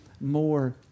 more